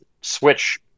Switch